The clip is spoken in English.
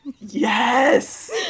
Yes